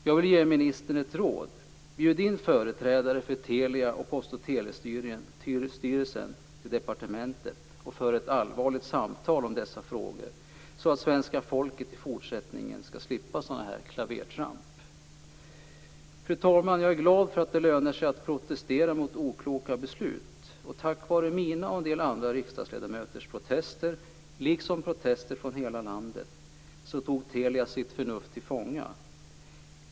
Jag vill ge ministern ett råd: Bjud in företrädare för Telia och Post och telestyrelsen till departementet och för ett allvarligt samtal om dessa frågor, så att svenska folket i fortsättningen skall slippa sådana här klavertramp. Fru talman! Jag är glad för att det lönar sig att protestera mot okloka beslut. Tack vare mina och en del andra riksdagsledamöters protester, liksom protester från hela landet, tog Telia sitt förnuft till fånga.